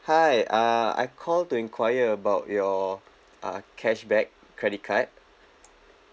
hi uh I call to inquire about your uh cashback credit card